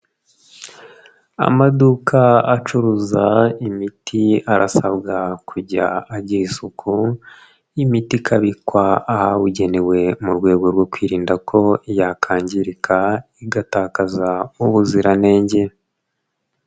amaduka acuruza imiti arasabwa kujya agira isuku y'imiti ikabikwa ahabugenewe, mu rwego rwo kwirinda ko yakangirika igatakaza ubuziranenge.